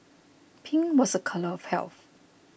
pink was a colour of health